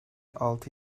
altı